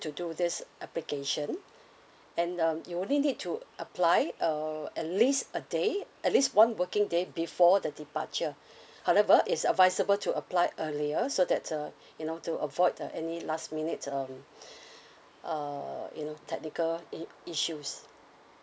to do this application and um you only need to apply uh at least a day at least one working day before the departure however is advisable to apply earlier so that uh you know to avoid uh any last minute um um you know technical i~ issues